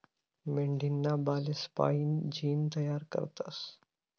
मेंढीना बालेस्पाईन जीन तयार करतस